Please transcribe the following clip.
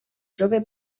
jove